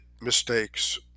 mistakes